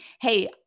Hey